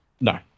No